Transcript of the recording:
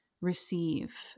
receive